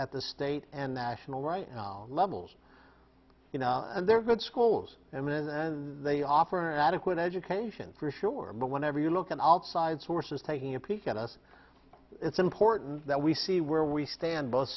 at the state and national right levels you know and there's good schools and then they offer an adequate education for sure but whenever you look an outside sources taking a peek at us it's important that we see where we stand both